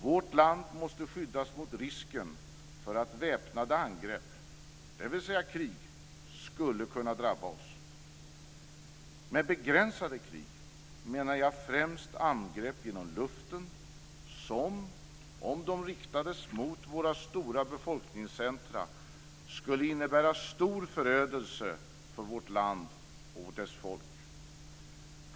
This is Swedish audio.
Vårt land måste skyddas mot risken för att väpnade angrepp, dvs. krig, skulle kunna drabba oss. Med begränsade krig menar jag främst angrepp genom luften som, om de riktades mot våra stora befolkningscentrum, skulle innebära stor förödelse för vårt land och vårt folk.